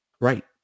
Right